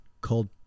called